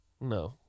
No